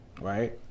right